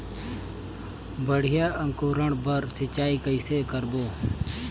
बढ़िया अंकुरण बर सिंचाई कइसे करबो?